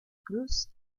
cruz